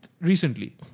Recently